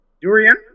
durian